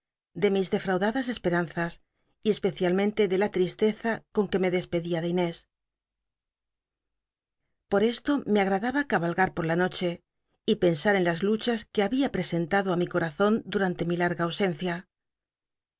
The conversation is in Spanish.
de mi dcftaudadas esperanzas y especialmente de la l tisleza con que me despedía de l nés por esto me agradaba cabalgar por la noche y pensar en las luchas que había ptesentado ti mi corazon durante mi larga ausencia